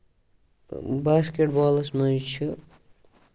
تہٕ basketballs منٛز چھُ